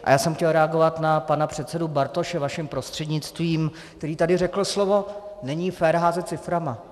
A já jsem chtěl reagovat na pana předsedu Bartoše vaším prostřednictvím, který tady řekl slovo: není fér házet ciframi.